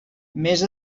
més